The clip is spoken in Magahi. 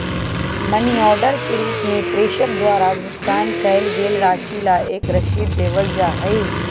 मनी ऑर्डर के रूप में प्रेषक द्वारा भुगतान कइल गईल राशि ला एक रसीद देवल जा हई